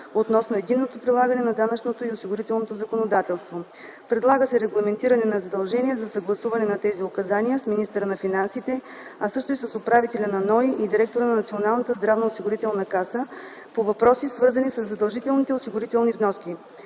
относно единното прилагане на данъчното и осигурителното законодателство. Предлага се регламентиране на задължение за съгласуване на тези указания с министъра на финансите, а също и с управителя на НОИ и директора на Националната здравноосигурителна каса по въпроси, свързани със задължителните осигурителни вноски.